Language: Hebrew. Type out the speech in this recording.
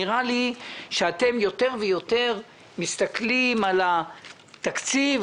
נראה לי שאתם יותר ויותר מסתכלים על התקציב,